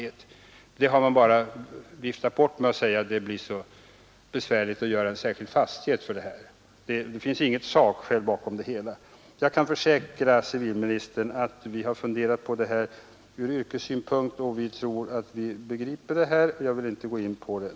Detta önskemål har viftats bort med hänvisning till att det blir så besvärligt att bilda en särskild fastighet för ett sådant ändamål. Det finns inget sakskäl för denna inställning. Jag kan försäkra civilministern att vi angripit detta spörsmål ur yrkesmässig synpunkt, och jag tror att vi begriper det. Jag vill inte gå närmare in på frågan i detta sammanhang.